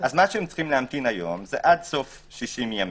היום הם צריכים להמתין עד סוף 45 ימים,